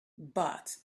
but